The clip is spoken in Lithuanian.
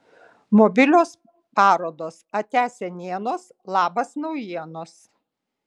mobilios parodos atia senienos labas naujienos